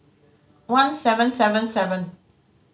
one seven seven seven